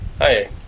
Hi